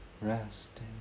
resting